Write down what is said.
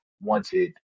wanted